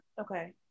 Okay